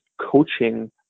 coaching